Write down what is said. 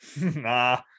Nah